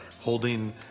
holding